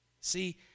See